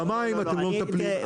במים אתם לא מטפלים.